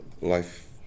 life